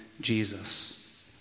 Jesus